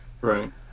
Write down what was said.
right